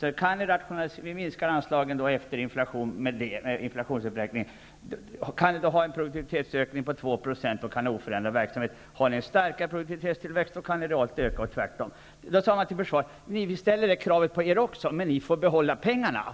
Vi sade att vi skulle minska anslagen efter inflationsuppräkning med så mycket och att förvaltningen kunde ha oförändrad verksamhet om man kunde åstadkomma en produktivitetsökning på 2 %. Hade man en starkare produktivitetstillväxt kunde man realt utöka verksamheten och tvärtom. Till försvaret sade man: Vi ställer det kravet också på er, men ni får behålla pengarna.